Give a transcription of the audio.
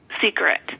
secret